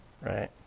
right